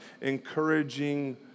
encouraging